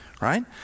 right